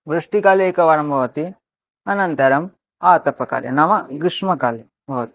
वृष्टिकाले एकवारं भवति अनन्तरं आतपकाले नाम ग्रिष्मकाले भवति